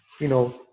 you know,